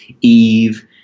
Eve